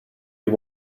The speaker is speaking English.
you